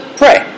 pray